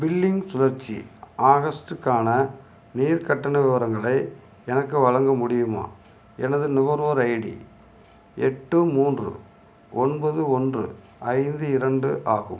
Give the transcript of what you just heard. billing சுழற்சி ஆகஸ்ட்டுக்கான நீர் கட்டண விவரங்களை எனக்கு வழங்க முடியுமா எனது நுகர்வோர் ஐடி எட்டு மூன்று ஒன்பது ஒன்று ஐந்து இரண்டு ஆகும்